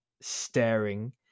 staring